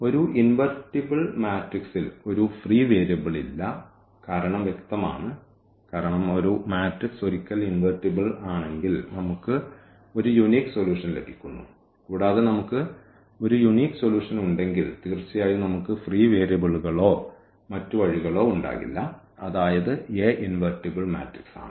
ഒരു ഇൻവെർട്ടിബിൾ മാട്രിക്സിൽ ഒരു ഫ്രീ വേരിയബിളില്ല കാരണം വ്യക്തമാണ് കാരണം ഒരു മാട്രിക്സ് ഒരിക്കൽ ഇൻവെർട്ടബിൾ ആണെങ്കിൽ നമുക്ക് ഒരു യൂനിക് സൊല്യൂഷൻ ലഭിക്കുന്നു കൂടാതെ നമുക്ക് ഒരു യൂനിക് സൊല്യൂഷൻ ഉണ്ടെങ്കിൽ തീർച്ചയായും നമുക്ക് ഫ്രീ വേരിയബിളുകളോ മറ്റ് വഴികളോ ഉണ്ടാകില്ല അതായത് A ഇൻവെർട്ടിബിൾ മാട്രിക്സ് ആണ്